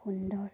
সুন্দৰ